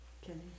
Kenny